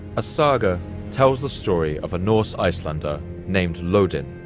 a saga tells the story of a norse icelander named loden,